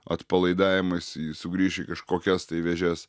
atpalaidavimais ji sugrįš į kažkokias tai vėžes